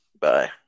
Bye